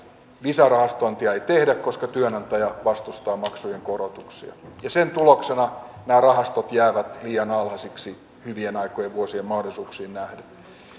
lisärahastointia ei tehdä koska työnantaja vastustaa maksujen korotuksia ja sen tuloksena nämä rahastot jäävät liian alhaisiksi hyvien aikojen vuosien mahdollisuuksiin